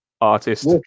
artist